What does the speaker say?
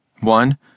one